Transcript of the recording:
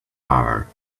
power